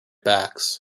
backs